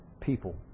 people